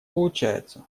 получается